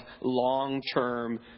long-term